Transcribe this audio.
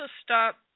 stop